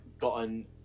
gotten